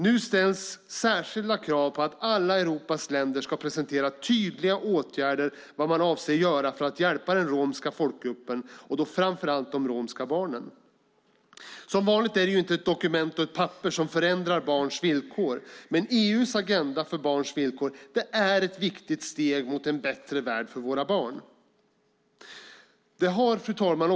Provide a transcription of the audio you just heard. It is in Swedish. Nu ställs särskilda krav på alla Europas länder att presentera tydliga åtgärder och vad man avser att göra för att hjälpa den romska folkgruppen, och då framför allt de romska barnen. Som vanligt är det inte ett dokument eller ett papper som förändrar barns villkor, men EU:s Agenda för barns villkor är ett viktigt steg mot en bättre värld för våra barn. Fru talman!